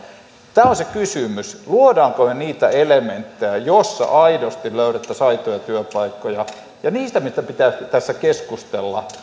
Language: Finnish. tämä on se kysymys luommeko me niitä elementtejä joilla aidosti löydettäisiin aitoja työpaikkoja niistä meidän pitää tässä keskustella